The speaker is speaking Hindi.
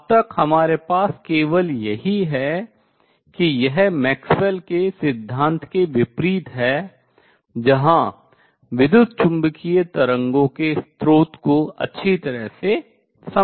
अब तक हमारे पास केवल यही है कि यह मैक्सवेल के सिद्धांत के विपरीत है जहां विद्युतचुम्बकीय तरंगों के स्रोत को अच्छी तरह से समझा जाता है